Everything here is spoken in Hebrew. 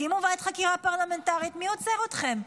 תקימו ועדת חקירה פרלמנטרית, מי עוצר אתכם?